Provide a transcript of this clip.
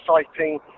exciting